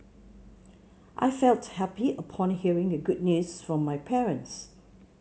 I felt happy upon hearing the good news from my parents